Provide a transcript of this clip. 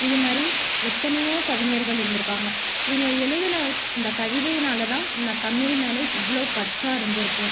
இது மாதிரி எத்தனையோ கவிஞர்கள் இருந்துருக்காங்க இவங்க எழுதின இந்த கவிதையினால் தான் நான் தமிழ் மேலே இவ்வளோ பற்றாக இருந்துருக்கேன்